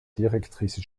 directrice